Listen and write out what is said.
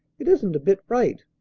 it isn't a bit right.